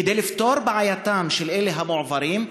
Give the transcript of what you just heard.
כדי לפתור את בעייתם של אלה המועברים,